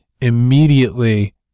immediately